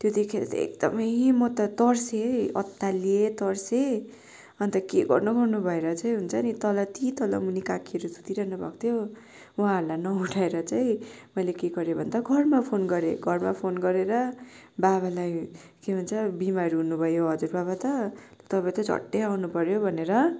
त्यो देखेर त एकदमै म त तर्सिएँ अत्तालिएँ तर्सिएँ अन्त के गर्नु गर्नु भएर चाहिँ हुन्छ नि तल त्यहीँ तल मुनि काकीहरू सुतुरहनु भएको थियो उहाँहरूलाई नउठाएर चाहिँ मैले के गरेँ भन्दा घरमा फोन गरेँ घरमा फोन गरेर बाबालाई के भन्छ बिमारी हुनुभयो हजुरबाबा त तपाईँ चाहिँ झट्टै आउनु पर्यो भनेर